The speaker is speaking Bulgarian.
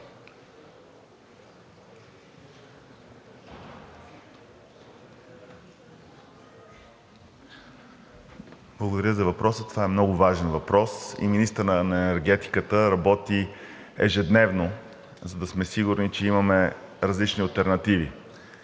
Благодаря за въпроса. Това е много важен въпрос и министърът на енергетиката работи ежедневно, за да сме сигурни, че имаме различни алтернативи.